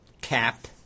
cap